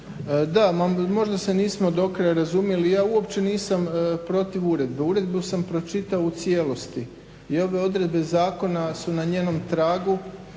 Da, možda se nismo do kraja razumjeli, ja uopće nisam protiv uredbe, uredbu sam pročitao u cijelosti i ove odredbe zakona su na njenom tragu